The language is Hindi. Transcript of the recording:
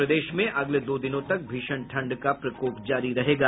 और प्रदेश में अगले दो दिनों तक भीषण ठंड का प्रकोप जारी रहेगा